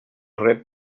rep